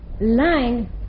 line